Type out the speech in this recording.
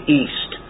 east